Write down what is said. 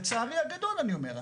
לצערי הגדול, אני אומר.